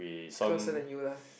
closer than you lah